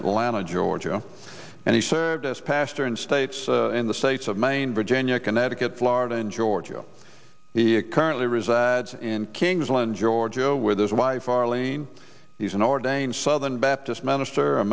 atlanta georgia and he served as pastor in states in the states of maine virginia connecticut florida and georgia he is currently resides in kings island georgio with his wife arlene he's an ordained southern baptist minister a